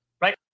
right